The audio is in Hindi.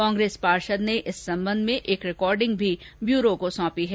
कांग्रेस पार्षद ने इस सम्बन्ध में एक रिकॉर्डिंग भी ब्यूरो को सौंपी है